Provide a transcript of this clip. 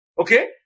Okay